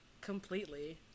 completely